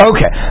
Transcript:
Okay